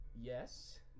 Yes